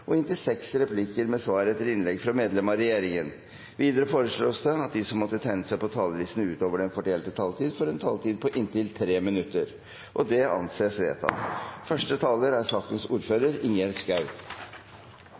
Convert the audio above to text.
og inntil seks replikker med svar etter innlegg fra medlemmer av regjeringen. Videre foreslås det at de som måtte tegne seg på talerlisten utover den fordelte taletid, får en taletid på inntil 3 minutter. – Det anses vedtatt.